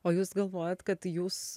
o jūs galvojat kad jūs